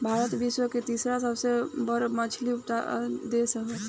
भारत विश्व के तीसरा सबसे बड़ मछली उत्पादक देश ह